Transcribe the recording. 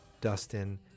Dustin